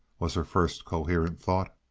was her first coherent thought.